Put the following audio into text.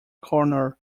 corner